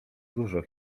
dużo